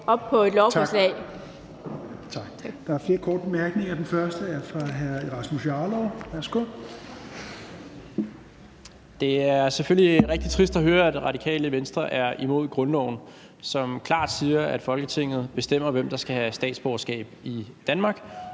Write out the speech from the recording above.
Det er selvfølgelig rigtig trist at høre, at Radikale Venstre er imod grundloven, som klart siger, at Folketinget bestemmer, hvem der skal have statsborgerskab i Danmark,